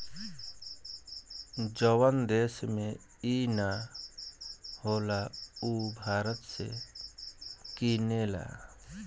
जवन देश में ई ना होला उ भारत से किनेला